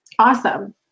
Awesome